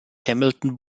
hamilton